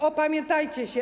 Opamiętajcie się.